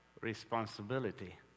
responsibility